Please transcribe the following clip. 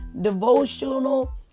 Devotional